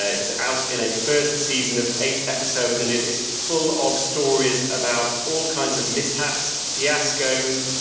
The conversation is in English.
ah it is out in a first season of eight episodes and it is full of stories about all kinds of mishaps, fiascos,